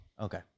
Okay